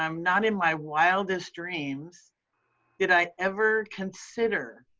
um not in my wildest dreams did i ever consider,